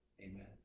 amen